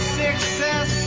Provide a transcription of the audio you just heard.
success